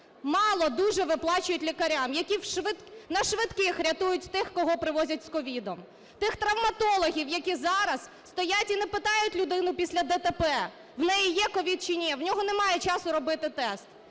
мало дуже виплачують лікарям, які на швидких рятують тих, кого привозять з COVID. Тих травматологів, які зараз стоять і не питають людину після ДТП, у неї є COVID чи ні, у нього немає часу робити тест.